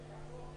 לוועדה.